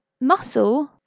muscle